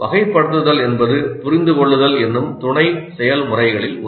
வகைப்படுத்துதல் என்பது புரிந்துகொள்ளுதல் எனும் துணை செயல்முறைகளில் ஒன்று